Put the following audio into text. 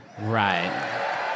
Right